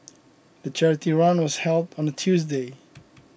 the charity run was held on a Tuesday